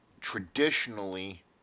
traditionally